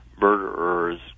murderers